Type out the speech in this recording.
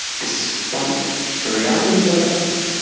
despite the reality of their life,